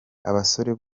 abasore